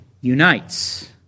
unites